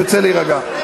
תצא להירגע.